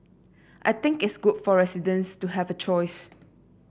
I think it's good for residents to have a choice